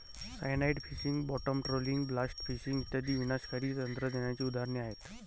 cyanide fishing, bottom trolling, blast fishing इत्यादी विनाशकारी तंत्रज्ञानाची उदाहरणे आहेत